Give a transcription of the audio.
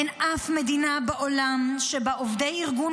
אין אף מדינה בעולם שבה עובדי ארגון